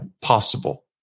possible